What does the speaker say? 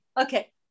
Okay